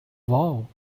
wow